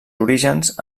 orígens